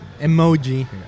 emoji